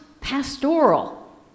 pastoral